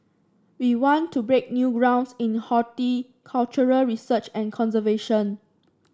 we want to break new grounds in horticultural research and conservation